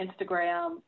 Instagram